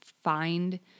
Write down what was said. find